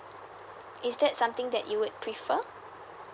is that something that you would prefer